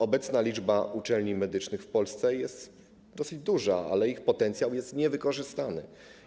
Obecna liczba uczelni medycznych w Polsce jest dosyć duża, ale ich potencjał jest niewykorzystany.